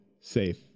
safe